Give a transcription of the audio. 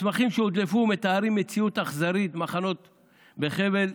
מסמכים שהודלפו מתארים מציאות אכזרית במחנות בחבל,